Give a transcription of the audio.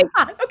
Okay